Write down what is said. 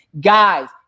guys